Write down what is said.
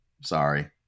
sorry